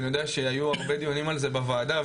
אני יודע שהיו הרבה דיונים על זה בוועדה,